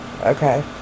Okay